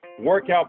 workout